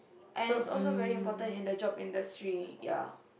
and it's also very important in the job industry